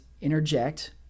interject